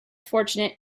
fortunate